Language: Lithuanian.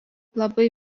labai